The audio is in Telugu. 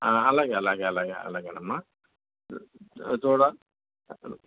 ఆ అలాగే అలాగే అలగే అలాగే అమ్మా ఆ చూడు రా